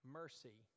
mercy